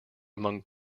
among